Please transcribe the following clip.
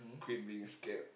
quit being scared